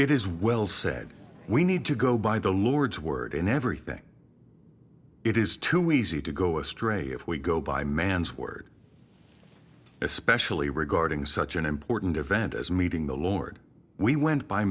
it is well said we need to go by the lord's word in everything it is too easy to go astray if we go by man's word especially regarding such an important event as meeting the lord we went by